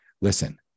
listen